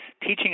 teaching